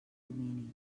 domini